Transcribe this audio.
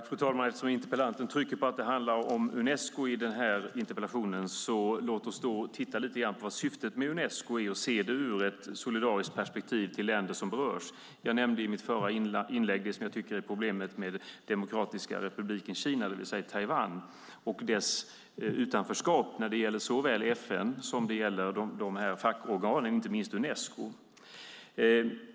Fru talman! Eftersom interpellanten trycker på att det handlar om Unesco i denna interpellation kan vi titta lite grann på vad syftet med Unesco är och se detta ur ett solidariskt perspektiv i förhållande till länder som berörs. Jag nämnde i mitt förra inlägg det som jag tycker är problemet med Republiken Kina, det vill säga Taiwan, och dess utanförskap när det gäller såväl FN som dessa fackorgan, inte minst Unesco.